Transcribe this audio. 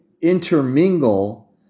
intermingle